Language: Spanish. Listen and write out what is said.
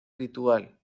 ritual